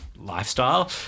lifestyle